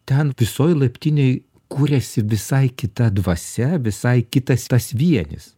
ten visoj laiptinėj kūrėsi visai kita dvasia visai kitas tas vienis